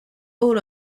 all